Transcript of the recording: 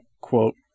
quote